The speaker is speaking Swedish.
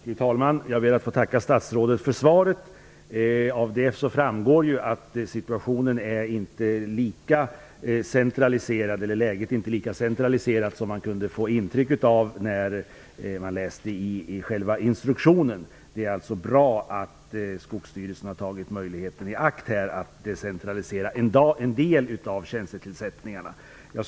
Fru talman! Jag ber att få tacka statsrådet för svaret. Av det framgår att läget inte är lika centraliserat som man kunde få intryck av när man läste själva instruktionen. Det är alltså bra att Skogsstyrelsen har tagit tillfället i akt att decentralisera en del av tjänstetillsättningarna.